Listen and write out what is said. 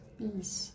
peace